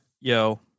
Yo